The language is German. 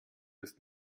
ist